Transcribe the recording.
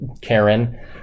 Karen